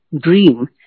dream